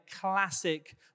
classic